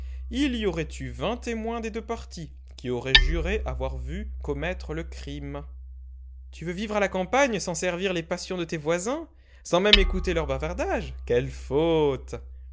il y aurait eu vingt témoins des deux partis qui auraient juré avoir vu commettre le crime tu veux vivre à la campagne sans servir les passions de tes voisins sans même écouter leurs bavardages quelle faute